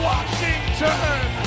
Washington